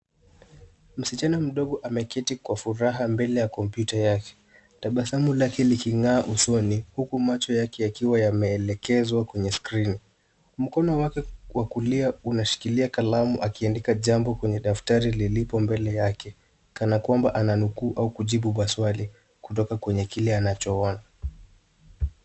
Msichana mdogo ameketi kwa furaha mbele ya kompyuta yake. Tabasamu lake liking'aa usoni huku macho yake yakiwa yameelekezwa kwenye screen . Mkono wake wa kulia unashikilia kalamu akiandika jambo kwenye daftari lilipo mbele yake kana kwamba ananukuu au kujibu maswali kutoka kwenye kile anachoona.